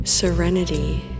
Serenity